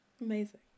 Amazing